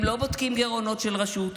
הם לא בודקים גירעונות של רשות,